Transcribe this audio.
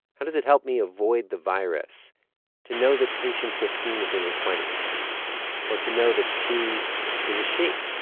how does it help me avoid the virus to know that patient fifteen is in her twenty s or to know that she is a she?